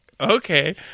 okay